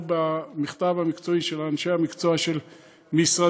במכתב המקצועי של אנשי המקצוע של משרדי.